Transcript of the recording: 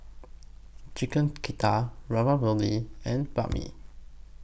Chicken Ravioli and Banh MI